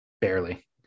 Barely